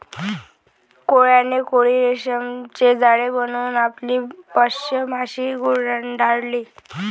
कोळ्याने कोळी रेशीमचे जाळे बनवून आपली भक्ष्य माशी गुंडाळली